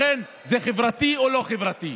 לכן, זה חברתי או לא חברתי?